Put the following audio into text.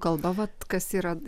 kalba vat kas yra